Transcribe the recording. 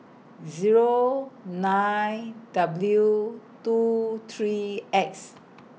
Zero nine W two three X